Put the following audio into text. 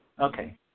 Okay